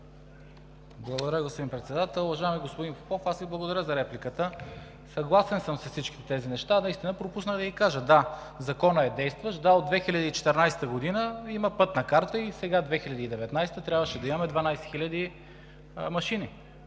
Благодаря, господин Председател. Уважаеми господин Попов, аз Ви благодаря за репликата. Съгласен съм с всички тези неща. Наистина пропуснах да ги кажа, да. Законът е действащ от 2014 г., има пътна карта и сега през 2019 г. трябваше да има 12 000 машини.